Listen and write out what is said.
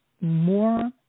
more